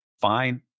fine